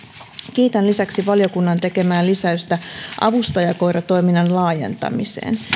kiitän lisäksi valiokunnan tekemää lisäystä avustajakoiratoiminnan laajentamiseen